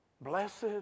Blessed